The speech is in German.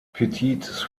petit